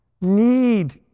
need